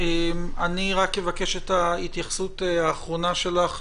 אני רק אבקש את ההתייחסות האחרונה שלך,